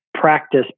practice